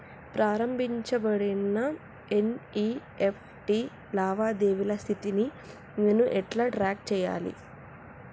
ప్రారంభించబడిన ఎన్.ఇ.ఎఫ్.టి లావాదేవీల స్థితిని నేను ఎలా ట్రాక్ చేయాలి?